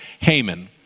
Haman